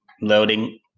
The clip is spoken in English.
loading